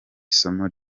isomo